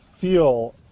feel